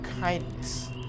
kindness